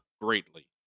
greatly